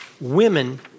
women